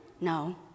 No